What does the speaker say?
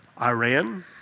Iran